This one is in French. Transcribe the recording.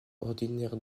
ordinaire